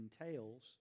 entails